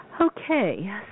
Okay